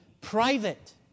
private